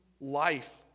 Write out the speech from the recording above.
life